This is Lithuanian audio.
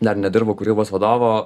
dar nedirbau kūrybos vadovo